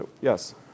Yes